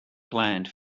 planned